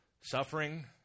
Suffering